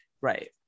Right